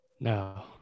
No